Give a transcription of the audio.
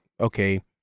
okay